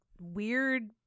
weird